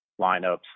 lineups